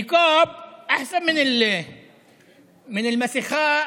(אומר בערבית: הניקאב יותר טוב ממסכה,